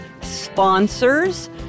sponsors